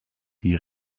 die